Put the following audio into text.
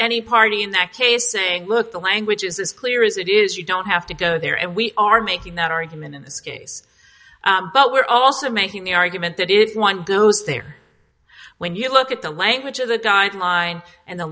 any party in that case saying look the language is clear is it is you don't have to go there and we are making that argument in this case but we're also making the argument that if one goes there when you look at the language of the guideline and the